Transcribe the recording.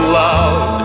loud